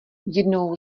jednou